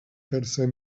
tercer